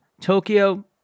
Tokyo